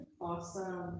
Awesome